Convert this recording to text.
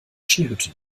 skihütte